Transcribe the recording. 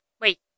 wait